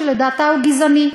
שלדעתה הוא גזעני.